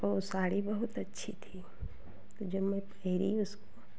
वह साड़ी बहुत अच्छी थी जब मैं पहनी उसको